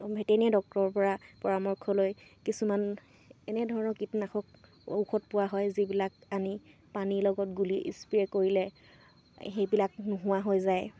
veterinary ডক্তৰৰ পৰামৰ্শ লৈ কিছুমান এনেধৰণৰ কীটনাশক ঔষধ পোৱা হয় যিবিলাক আনি পানীৰ লগত গুলি স্প্ৰে' কৰিলে সেইবিলাক নোহোৱা হৈ যায়